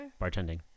Bartending